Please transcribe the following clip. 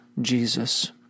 Jesus